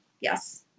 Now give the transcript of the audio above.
yes